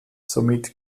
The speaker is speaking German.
somit